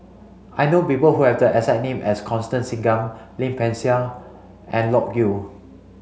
I know people who have the name as Constance Singam Lim Peng Siang and Loke Yew